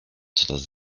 coraz